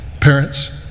Parents